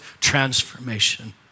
transformation